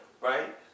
right